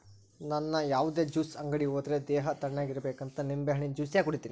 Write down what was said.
ನನ್ ಯಾವುದೇ ಜ್ಯೂಸ್ ಅಂಗಡಿ ಹೋದ್ರೆ ದೇಹ ತಣ್ಣುಗಿರಬೇಕಂತ ನಿಂಬೆಹಣ್ಣಿನ ಜ್ಯೂಸೆ ಕುಡೀತೀನಿ